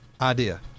idea